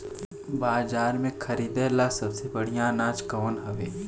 बाजार में खरदे ला सबसे बढ़ियां अनाज कवन हवे?